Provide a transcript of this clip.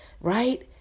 right